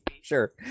Sure